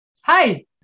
Hi